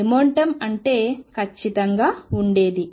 momentum ఉంటే ఖచ్చితంగా ఉండేది